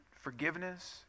forgiveness